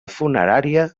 funerària